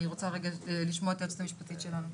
רוצה רגע לשמוע את היועצת המשפטית שלנו.